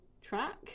track